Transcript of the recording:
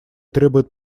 требуют